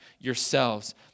yourselves